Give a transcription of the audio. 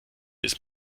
bis